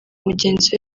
mugenzi